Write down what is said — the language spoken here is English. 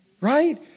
Right